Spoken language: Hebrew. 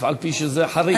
אף-על-פי שזה חריג.